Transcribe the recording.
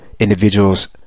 Individuals